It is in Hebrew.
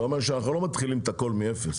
זה אומר שאנחנו לא מתחילים את הכול מאפס.